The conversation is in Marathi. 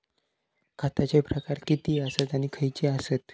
खतांचे प्रकार किती आसत आणि खैचे आसत?